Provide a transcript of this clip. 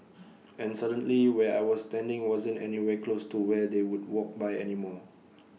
and suddenly where I was standing wasn't anywhere close to where they would walk by anymore